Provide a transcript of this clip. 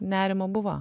nerimo buvo